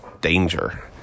Danger